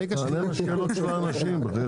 תענה על השאלות של האנשים.